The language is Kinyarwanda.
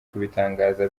kubitangaza